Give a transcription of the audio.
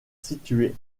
situé